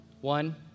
One